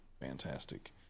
fantastic